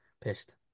pissed